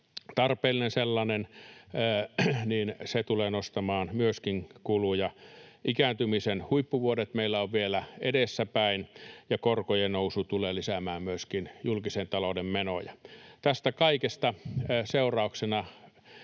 tarpeellinen sellainen — tulee myöskin nostamaan kuluja, ikääntymisen huippuvuodet meillä ovat vielä edessäpäin, ja myöskin korkojen nousu tulee lisäämään julkisen talouden menoja. Väitän, että tästä kaikesta seurauksena